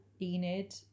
Enid